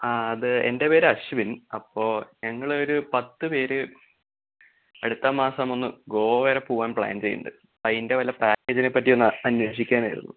ആ അത് എൻ്റെ പേര് അശ്വിൻ അപ്പോൾ ഞങ്ങളൊര് പത്ത് പേര് അടുത്ത മാസം ഒന്ന് ഗോവ വരെ പോകാൻ പ്ലാൻ ചെയ്യുന്നുണ്ട് അതിൻ്റെ വല്ല പായ്ക്കേജിനെ പറ്റിയൊന്ന് അന്വേഷിക്കാനായിരുന്നു